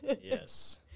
Yes